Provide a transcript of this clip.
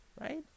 right